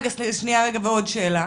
ועוד שאלה.